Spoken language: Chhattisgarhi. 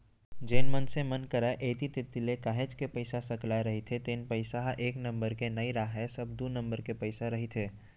जेन मनसे मन करा ऐती तेती ले काहेच के पइसा सकलाय रहिथे तेन पइसा ह एक नंबर के नइ राहय सब दू नंबर के पइसा रहिथे